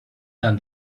than